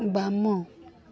ବାମ